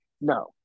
no